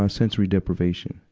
ah sensory deprivation.